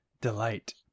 Delight